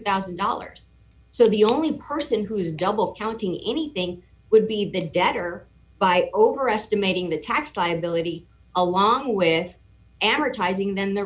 thousand dollars so the only person who is double counting anything would be the debtor by overestimating the tax liability along with amortizing then the